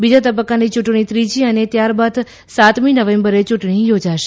બીજા તબક્કાની ચૂંટણી ત્રીજી અને ત્યાર બાદ સાતમી નવેમ્બરે ચૂંટણી યોજાશે